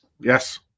Yes